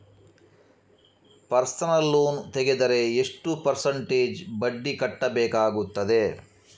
Personal loan ತೆಗೆದರೆ ಎಷ್ಟು percentage ಬಡ್ಡಿ ಕಟ್ಟಬೇಕಾಗುತ್ತದೆ?